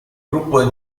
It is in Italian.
gruppo